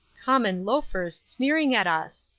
common loafers sneering at us?